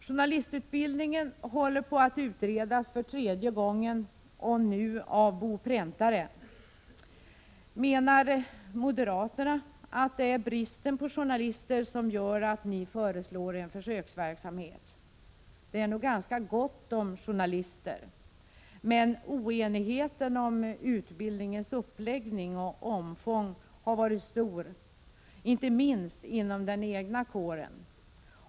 Journalistutbildningen håller på att utredas för tredje gången och nu av Bo Präntare. Är det bristen på journalister som gör att ni moderater föreslår en försöksverksamhet? Det är nog ganska gott om journalister. Men oenigheten om utbildningens uppläggning och omfång har varit stor, inte minst inom den egna kåren.